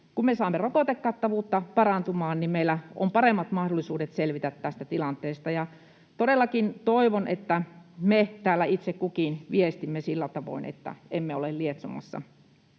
me saamme rokotekattavuutta parantumaan, niin meillä on paremmat mahdollisuudet selvitä tästä tilanteesta. Todellakin toivon, että me täällä itse kukin viestimme sillä tavoin, että emme ole lietsomassa